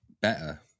better